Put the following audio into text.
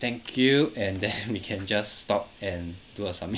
thank you and then we can just stop and do a submission